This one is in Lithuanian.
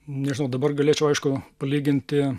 nežinau dabar galėčiau aišku palyginti